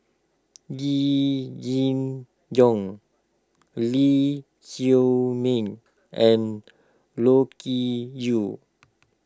Yee Jenn Jong Lee Chiaw Meng and Loke Yew